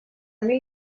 mil